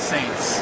Saints